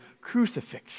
crucifixion